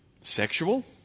Sexual